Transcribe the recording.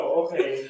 okay